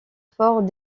fort